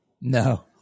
No